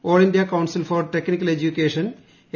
all India Council for Technical Education A